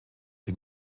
sie